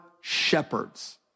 shepherds